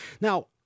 Now